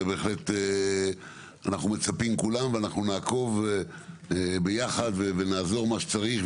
ובהחלט אנחנו מצפים כולם ואנחנו נעקוב ביחד ונעזור במה שצריך.